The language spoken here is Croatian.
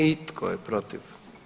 I tko je protiv?